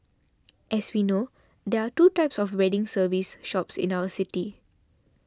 as we know there are two types of wedding service shops in our city